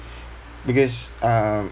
because um